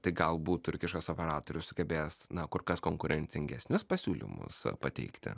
tai galbūt turkiškas operatorius sugebės na kur kas konkurencingesnius pasiūlymus pateikti